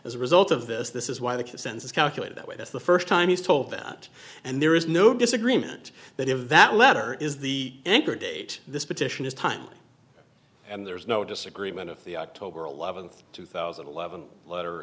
as a result of this this is why the consensus calculated that way that's the first time he's told that and there is no disagreement that if that letter is the anchor date this petition is time and there is no disagreement if the october eleventh two thousand and eleven letter